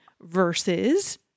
versus